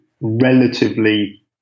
relatively